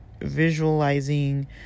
visualizing